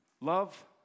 Love